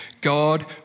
God